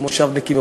מושבניקים,